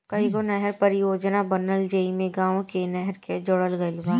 कईगो नहर परियोजना बनल जेइमे गाँव से नहर के जोड़ल गईल बा